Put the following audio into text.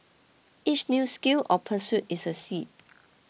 each new skill or pursuit is a seed